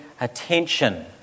attention